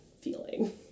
feeling